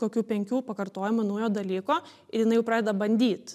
kokių penkių pakartojimų naujo dalyko ir jinai jau pradeda bandyt